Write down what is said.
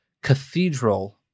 Cathedral